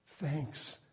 Thanks